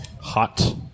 Hot